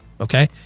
okay